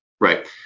Right